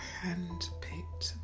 hand-picked